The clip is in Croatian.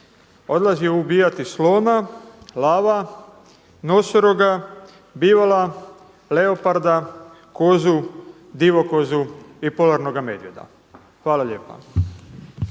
odlazio ubijati slona, lava, nosoroga, bivola, leoparda, kozu, divokozu i polarnoga medvjeda? Hvala lijepa.